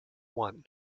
one